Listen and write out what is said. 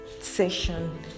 session